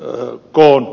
viitaten ed